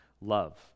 love